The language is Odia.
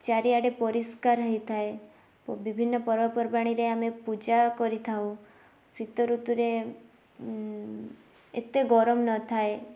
ଚାରିଆଡ଼େ ପରିଷ୍କାର ହେଇଥାଏ ଓ ବିଭିନ୍ନ ପର୍ବପର୍ବାଣୀରେ ଆମେ ପୂଜା କରିଥାଉ ଶୀତଋତୁରେ ଏତେ ଗରମ ନଥାଏ